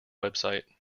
website